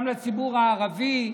גם לציבור הערבי,